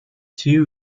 two